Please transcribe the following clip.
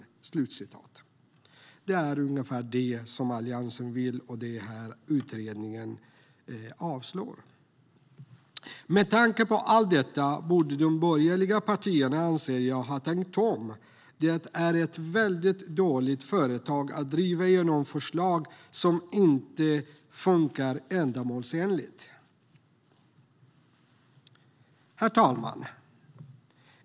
Det är ungefär det här som Alliansen vill, och det är det som utredningen avslår. Med tanke på allt detta borde de borgerliga partierna, anser jag, ha tänkt om. Det är ett dåligt företag att driva igenom förslag som inte funkar ändamålsenligt. Herr talman!